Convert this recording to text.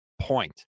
point